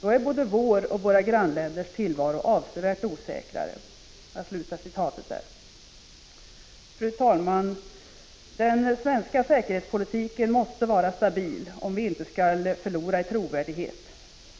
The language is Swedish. Då är vår och våra grannländers tillvaro avsevärt osäkrare —-——-." Fru talman! Den svenska säkerhetspolitiken måste vara stabil om vi inte skall förlora i trovärdighet.